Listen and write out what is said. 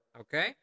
Okay